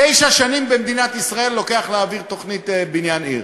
תשע שנים לוקח במדינת ישראל להעביר תוכנית בניין עיר.